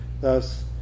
Thus